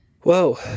Whoa